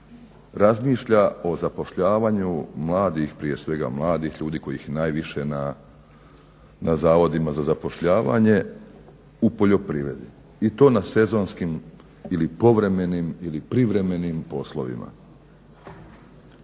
razmišlja o zapošljavanju mladih, prije svega mladih ljudi kojih je najviše na Zavodima za zapošljavanje u poljoprivredi i to na sezonskim ili povremenim ili privremenim poslovima.